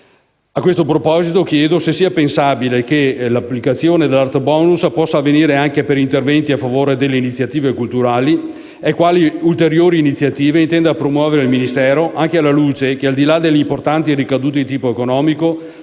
A questo proposito, chiedo se sia pensabile che l'applicazione dell'*art bonus* possa avvenire anche per interventi a favore delle iniziative culturali e quali ulteriori iniziative intenda promuovere il Ministero, anche alla luce del fatto che, al di là delle importanti ricadute di tipo economico,